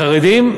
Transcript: חרדים,